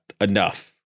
enough